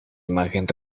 imagen